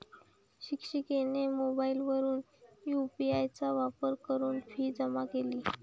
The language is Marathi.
शिक्षिकेने मोबाईलवरून यू.पी.आय चा वापर करून फी जमा केली